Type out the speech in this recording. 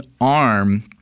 arm –